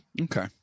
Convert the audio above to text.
Okay